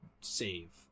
save